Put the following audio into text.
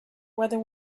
whether